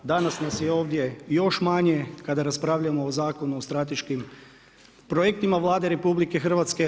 Danas nas je ovdje još manje kada raspravljamo o Zakonu o strateškim projektima Vlade RH.